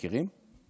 מכירים?